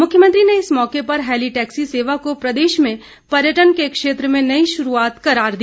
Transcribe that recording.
मुख्यमंत्री ने इस मौके पर हेली टैक्सी सेवा को प्रदेश में पर्यटन के क्षेत्र में नई श्रुआत करार दिया